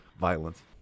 Violence